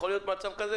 יכול להיות מצב כזה?